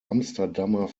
amsterdamer